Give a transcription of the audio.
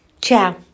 Ciao